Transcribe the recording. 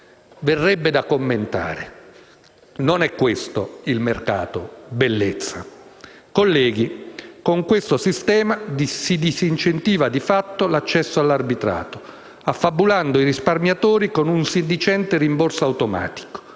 Verrebbe da commentare: «Non è questo il mercato, bellezza!». Colleghi, con questo sistema si disincentiva di fatto l'accesso all'arbitrato affabulando i risparmiatori con un sedicente rimborso automatico